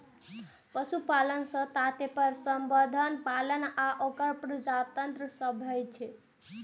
पशुपालन सं तात्पर्य पशुधन पालन आ ओकर प्रजनन सं छै